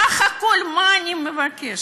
בסך הכול מה אני מבקשת?